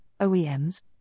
OEMs